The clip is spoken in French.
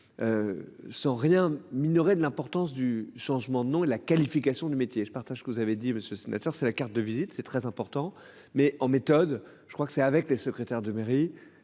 Sans rien. De l'importance du changement de nom et la qualification du métier, je partage ce que vous avez dit monsieur sénateur c'est la carte de visite, c'est très important, mais en méthode je crois que c'est avec les secrétaires de mairie